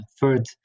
third